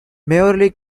mayoralty